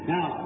Now